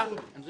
יש